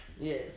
Yes